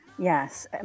Yes